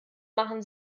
machen